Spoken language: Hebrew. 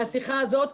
מהשיחה הזאת,